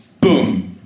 boom